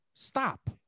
Stop